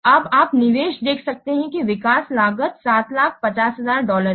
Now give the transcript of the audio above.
अब आप निवेश देख सकते हैं कि विकास लागत 750000 डॉलर है